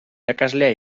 irakaslea